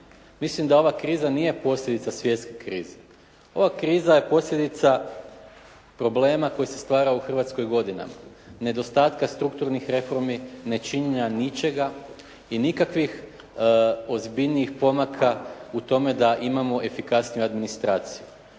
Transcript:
Mislim da ova kriza nije posljedica svjetske krize. Ova kriza je posljedica problema koji se stvara u Hrvatskoj godinama, nedostatka strukturnih reformi, nečinjenja ničega i nikakvih ozbiljnijih pomaka u tome da imamo efikasniju administraciju.